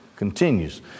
Continues